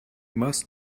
machst